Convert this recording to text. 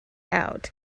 out